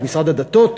את משרד הדתות?